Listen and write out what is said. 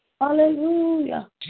Hallelujah